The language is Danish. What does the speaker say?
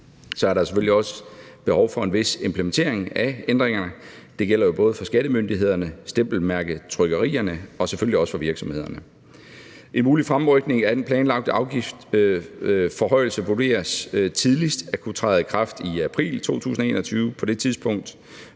så er der selvfølgelig også behov for en vis implementering af ændringerne. Det gælder både for skattemyndighederne, stempelmærketrykkerierne og selvfølgelig også for virksomhederne. En mulig fremrykning af den planlagte afgiftsforhøjelse vurderes tidligst at kunne træde i kraft i april 2021. Og dette tidspunkt